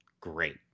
great